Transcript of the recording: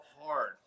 hard